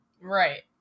Right